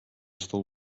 stole